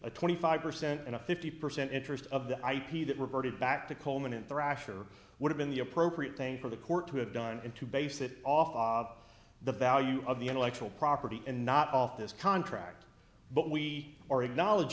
a twenty five percent and a fifty percent interest of the ip that reverted back to coleman and thrasher would have been the appropriate thing for the court to have done and to base it off the value of the intellectual property and not off this contract but we are acknowledg